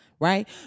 right